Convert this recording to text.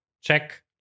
check